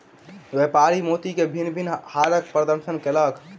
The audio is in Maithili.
व्यापारी मोती के भिन्न भिन्न हारक प्रदर्शनी कयलक